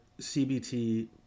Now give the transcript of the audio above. CBT